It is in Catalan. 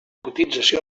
cotització